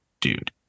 dude